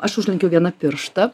aš užlenkiau vieną pirštą